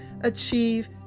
achieve